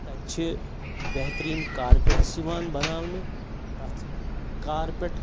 تَتہِ چھِ بہتریٖن کارپٮ۪ٹس یِوان بناونہٕ تَتھ کارپٮ۪ٹ